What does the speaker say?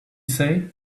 say